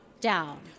down